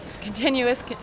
continuous